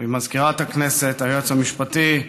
ומזכירת הכנסת, היועץ המשפטי,